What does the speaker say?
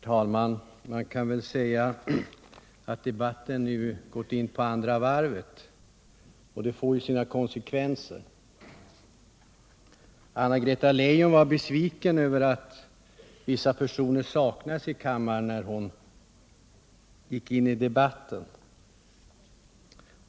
Herr talman! Man kan väl säga att debatten nu gått in på andra varvet, och det får ju sina konsekvenser. Anna-Greta Leijon var besviken över att vissa personer saknades i kammaren när hon gick in i debatten.